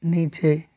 नीचे